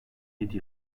yedi